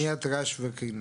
כן.